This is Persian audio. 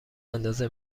اندازه